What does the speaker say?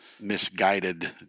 misguided